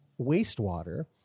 wastewater